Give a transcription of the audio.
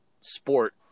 sport